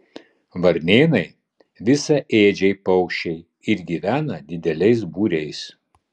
varnėnai visaėdžiai paukščiai ir gyvena dideliais būriais